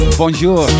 bonjour